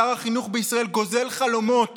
שר החינוך בישראל גוזל חלומות